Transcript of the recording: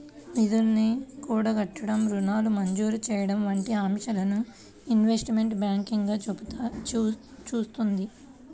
నిధుల్ని కూడగట్టడం, రుణాల మంజూరు చెయ్యడం వంటి అంశాలను ఇన్వెస్ట్మెంట్ బ్యాంకింగ్ చూత్తుంది